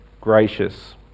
gracious